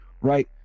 right